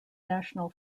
national